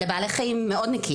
אלה בעלי חיים מאוד נקיים,